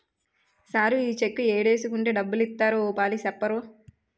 sir ఈ cheque ఏడేసుకుంటే డబ్బులిత్తారో ఓ పాలి సెప్పరూ